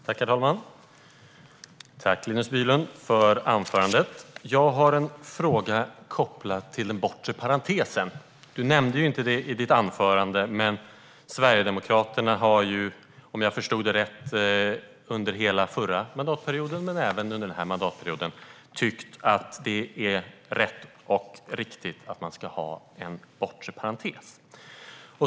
Herr talman! Tack, Linus Bylund, för anförandet! Jag har en fråga kopplad till den bortre parentesen. Du nämnde inte den i ditt anförande, men Sverigedemokraterna har om jag förstått det rätt under hela förra mandatperioden men även under den här mandatperioden tyckt att det är rätt och riktigt att ha en bortre parentes.